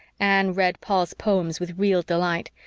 anne read paul's poems with real delight.